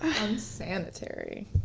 Unsanitary